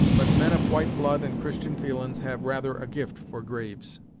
but men of white blood and christian feelin's have rather a gift for graves.